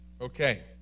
okay